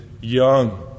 young